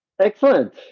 Excellent